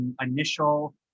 initial